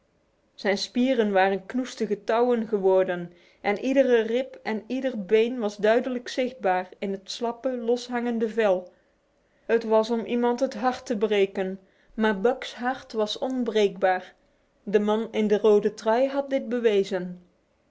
zijn spieren waren knoestige touwen geworden en iedere rib en ieder been was duidelijk zichtbaar in het slappe loshangende vel het was om iemand het hart te breken maar buck's hart was onbreekbaar de man in de rode trui had dit bewezen